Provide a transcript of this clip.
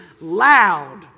loud